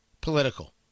political